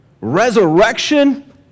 Resurrection